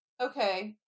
okay